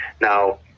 Now